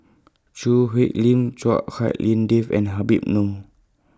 Choo Hwee Lim Chua Hak Lien Dave and Habib Noh